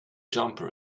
jumper